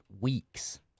weeks